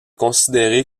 considéré